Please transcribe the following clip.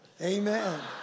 amen